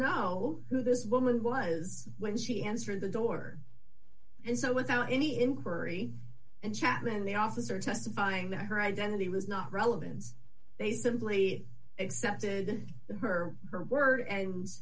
know who this woman was when she answered the door and so without any inquiry and chapman the officer testifying that her identity was not relevance they simply accepted her her word